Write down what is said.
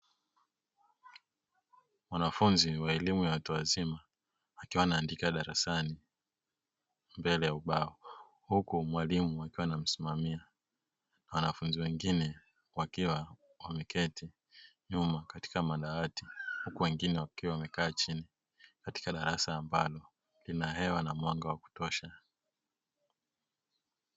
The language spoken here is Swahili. Mwanafunzi wa elimu ya watu wazima akiwa anaandika darasani mbele ya ubao, huku mwalimu akiwa anamsimamia. Wanafunzi wengine wakiwa wameketi nyuma katika madawati huku wengine wakiwa wamekaa chini katika darasa ambalo lina hewa na mwanga wa kutosha.